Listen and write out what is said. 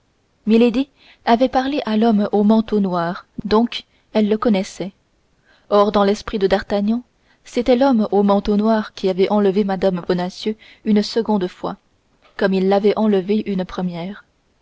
avait parlé à l'homme au manteau noir donc elle le connaissait or dans l'esprit de d'artagnan c'était l'homme au manteau noir qui avait enlevé mme bonacieux une seconde fois comme il l'avait enlevée une première